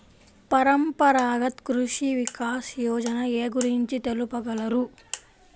పరంపరాగత్ కృషి వికాస్ యోజన ఏ గురించి తెలుపగలరు?